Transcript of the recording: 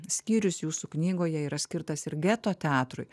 skyrius jūsų knygoje yra skirtas ir geto teatrui